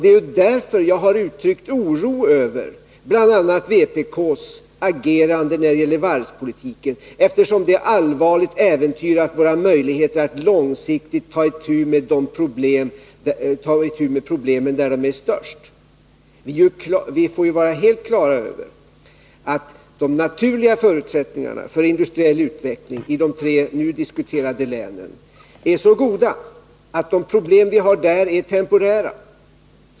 Det är också därför som jag har uttryckt oro över bl.a. vpk:s agerande när det gäller varvspolitiken, eftersom detta allvarligt äventyrar våra möjligheter att långsiktigt ta itu med problemen där de är som störst. i Vi måste vara helt på det klara med att de naturliga förutsättningarna för industriell utveckling i de tre nu diskuterade länen är så goda att de problem vi har där är temporära.